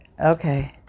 Okay